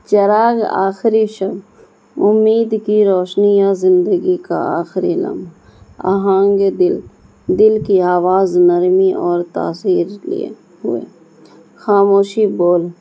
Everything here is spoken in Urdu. چراغ آخر شب امید کی روشنیاں زندگی کا آخری لم آہنگ دل دل کی آواز نرمی اور تاثیر لیے ہوئے خاموشی بول